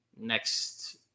next